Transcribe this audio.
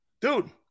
Dude